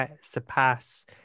surpass